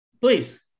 Please